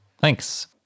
Thanks